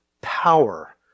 power